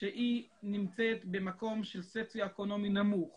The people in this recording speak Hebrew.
שהיא נמצאת של סוציואקונומי נמוך